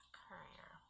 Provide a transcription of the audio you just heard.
courier